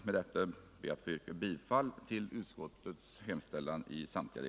Med detta yrkar jag bifall till utskottets hemställan.